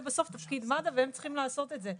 זה בסוף תפקיד מד"א והם צריכים לעשות את זה.